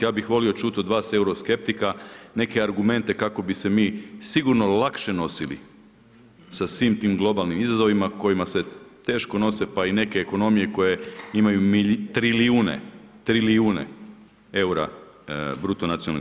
Ja bih volio čuti od vas euroskeptika neke argumente kako bi se mi sigurno lakše nosili sa svim tim globalnim izazovima kojima se teško nose pa i neke ekonomije koje imaju trilijune eura BDP-a.